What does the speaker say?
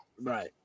right